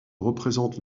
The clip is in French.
représente